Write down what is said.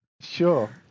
Sure